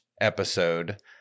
episode